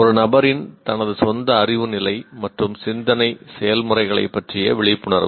ஒரு நபரின் தனது சொந்த அறிவு நிலை மற்றும் சிந்தனை செயல்முறைகளைப் பற்றிய விழிப்புணர்வு